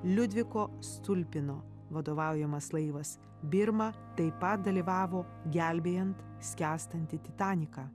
liudviko stulpino vadovaujamas laivas birma taip pat dalyvavo gelbėjant skęstantį titaniką